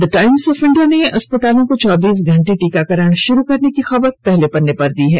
the Times of India ने अस्पतालों को चौबीस घंटे टीकाकरण शुरू करने की खबर पहले पन्ने पर दी है